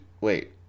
Wait